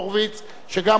שגם אותה נשמע.